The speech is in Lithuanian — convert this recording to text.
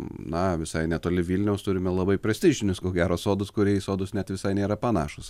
na visai netoli vilniaus turime labai prestižinius ko gero sodus kurie į sodus net visai nėra panašūs